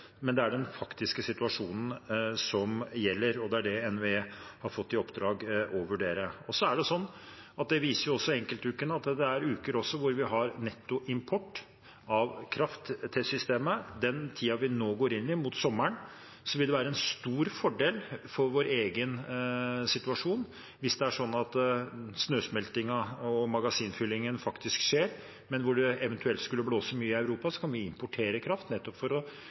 men det er den faktiske situasjonen som gjelder. Det er det NVE har fått i oppdrag å vurdere. Så er det sånn, og det viser jo enkeltukene, at det også er uker hvor vi har nettoimport av kraft til systemet. I den tiden vi nå går inn i, mot sommeren, vil det være en stor fordel for vår egen situasjon hvis det er sånn at snøsmeltingen og magasinfyllingen faktisk skjer. Men om det eventuelt skulle blåse mye Europa, kan vi importere kraft, nettopp for